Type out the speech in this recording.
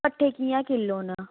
भट्ठे कि'यां किलो न